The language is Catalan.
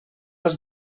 els